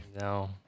No